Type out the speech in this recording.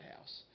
House